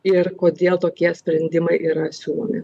ir kodėl tokie sprendimai yra siūlomi